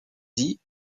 dits